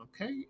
Okay